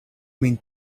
min